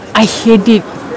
I hate it